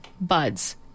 Buds